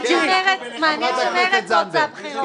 מעניין שמרצ רוצה בחירות.